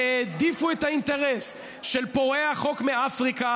והעדיפו את האינטרס של פורעי החוק מאפריקה